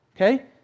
okay